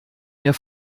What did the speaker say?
mir